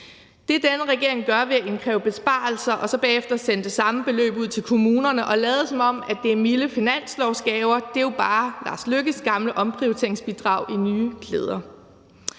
Det, denne regering gør, ved at kræve besparelser og så bagefter sende det samme beløb ud til kommunerne og lade, som om at det er milde finanslovsgaver, er jo bare Lars Løkke Rasmussens gamle omprioriteringsbidrag i nye klæder.